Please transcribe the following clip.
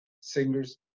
singers